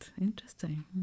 interesting